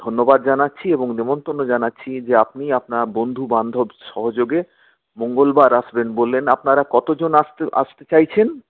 ধন্যবাদ জানাচ্ছি এবং নেমন্তন্ন জানাচ্ছি যে আপনি আপনার বন্ধু বান্ধব সহযোগে মঙ্গলবার আসবেন বললেন আপনারা কতজন আসতে আসতে চাইছেন